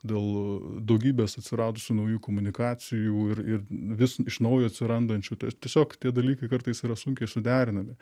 dėl daugybės atsiradusių naujų komunikacijų ir ir vis iš naujo atsirandančių tiesiog tie dalykai kartais yra sunkiai suderinami